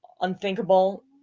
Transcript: unthinkable